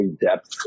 depth